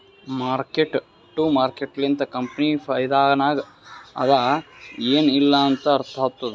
mark to market ಲಿಂತ company ಫೈದಾನಾಗ್ ಅದಾ ಎನ್ ಇಲ್ಲಾ ಅಂತ ಅರ್ಥ ಆತ್ತುದ್